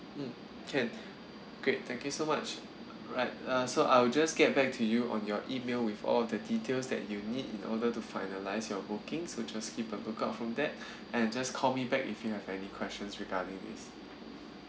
mm can great thank you so much right uh so I'll just get back to you on your email with all the details that you need in order to finalise your booking so just keep a lookout from that and just call me back if you have any questions regarding this